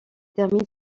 termine